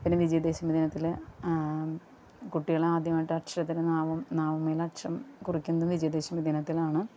പിന്നെ വിജയദശമി ദിനത്തില് കുട്ടികളാദ്യമായിട്ടക്ഷരത്തിന് നാവും നാവിന്മേലക്ഷരം കുറിക്കുന്നത് വിജയദശമി ദിനത്തിലാണ്